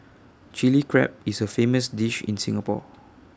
Chilli Crab is A famous dish in Singapore